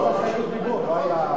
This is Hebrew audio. לא,